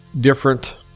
different